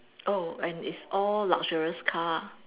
oh and it's all luxurious car